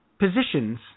positions